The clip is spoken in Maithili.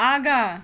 आगाँ